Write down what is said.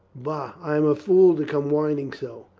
bah, i am a fool to come whining so,